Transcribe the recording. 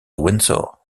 windsor